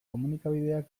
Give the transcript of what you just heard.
komunikabideak